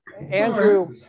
Andrew